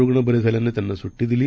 रूग्णबरेझाल्यानंत्यांनासुट्टीदिली